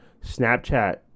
Snapchat